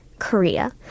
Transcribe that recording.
korea